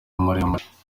muremure